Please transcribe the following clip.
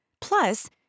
Plus